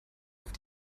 auf